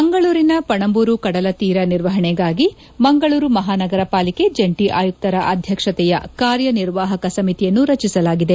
ಮಂಗಳೂರಿನ ಪಣಂಬೂರು ಕಡಲ ತೀರ ನಿರ್ವಹಣೆಗಾಗಿ ಮಂಗಳೂರು ಮಹಾನಗರಪಾಲಿಕೆ ಜಂಟಿ ಆಯುಕ್ತರ ಅಧ್ಯಕ್ಷತೆಯ ಕಾರ್ಯನಿರ್ವಾಹಕ ಸಮಿತಿಯನ್ನು ರಚಿಸಲಾಗಿದೆ